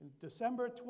December